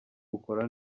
bukora